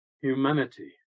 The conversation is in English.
humanity